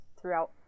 throughout